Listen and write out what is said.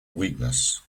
weakness